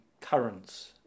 currents